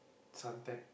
Suntec